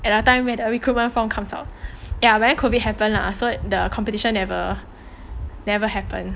at then time when the recruitment form comes out ya but then COVID happen lah so the competition never never happen